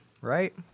right